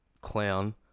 clown